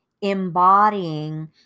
embodying